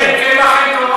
סלח לי, אם אין קמח אין תורה.